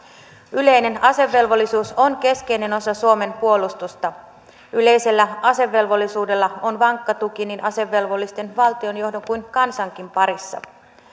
yleinen asevelvollisuus on keskeinen osa suomen puolustusta yleisellä asevelvollisuudella on vankka tuki niin asevelvollisten valtion johdon kuin kansankin parissa